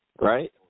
Right